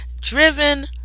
driven